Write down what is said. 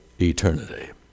eternity